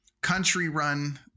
country-run